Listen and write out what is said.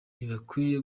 ntibakwiye